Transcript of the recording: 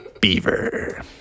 Beaver